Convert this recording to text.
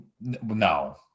No